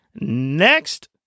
Next